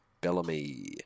Bellamy